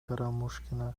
карамушкина